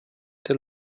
der